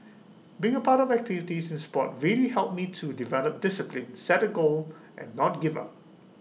being A part of activities in Sport really helped me to develop discipline set A goal and not give up